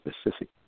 specific